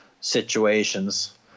situations